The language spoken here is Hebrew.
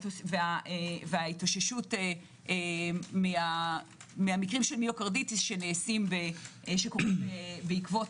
וההתאוששות מהמקרים של מיוקרדיטיס שקורים בעקבות